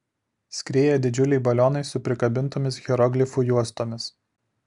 skrieja didžiuliai balionai su prikabintomis hieroglifų juostomis